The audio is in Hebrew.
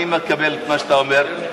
אני מקבל את מה שאתה אומר.